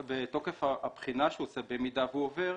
ותוקף הבחינה שהוא עושה במידה והוא עובר,